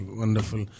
wonderful